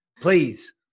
please